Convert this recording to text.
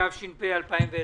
התש"ף-2020.